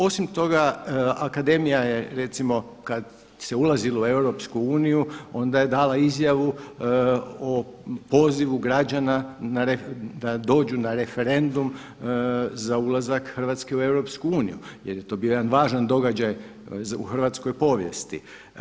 Osim toga akademija je recimo kad se ulazilo u EU onda je dala izjavu o pozivu građana da dođu na referendum za ulazak Hrvatske u EU jer je to bio jedan važan događaj u hrvatskoj povijesti.